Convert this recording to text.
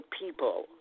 people